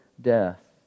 death